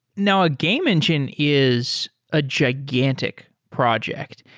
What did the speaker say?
now, a game engine is a gigantic project.